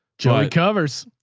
john covers.